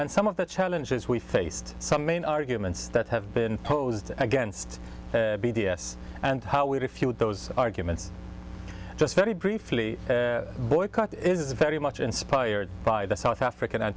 and some of the challenges we faced some main arguments that have been posed against b d s and how we refute those arguments just very briefly boycott is very much inspired by the south african